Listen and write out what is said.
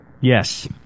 Yes